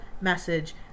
message